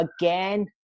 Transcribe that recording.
again